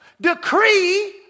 decree